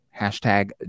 hashtag